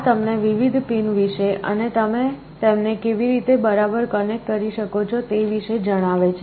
આ તમને વિવિધ પિન વિશે અને તમે તેમને કેવી રીતે બરાબર કનેક્ટ કરી શકો છો તે વિશે જણાવે છે